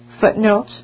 footnote